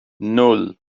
nul